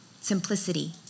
simplicity